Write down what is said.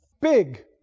Big